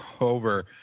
over